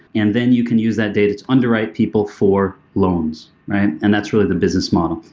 and then you can use that data to underwrite people for loans, right? and that's really the business model.